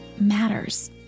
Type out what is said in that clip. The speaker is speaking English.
matters